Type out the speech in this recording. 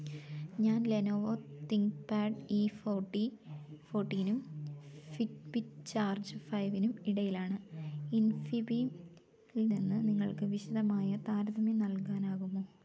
ഞാൻ Lenovo ThinkPad E forty ഫോർട്ടീനും Fitbit charge ഫൈവിനും ഇടയിലാണ് ഇൻഫിബീമിൽ നിന്ന് നിങ്ങൾക്ക് വിശദമായ താരതമ്യം നൽകാനാകുമോ